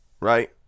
Right